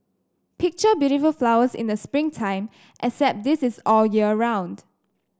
picture beautiful flowers in the spring time except this is all year round